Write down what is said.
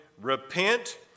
Repent